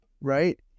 Right